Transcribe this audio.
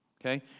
Okay